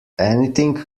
anything